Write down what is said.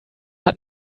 hat